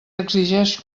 exigeix